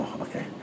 okay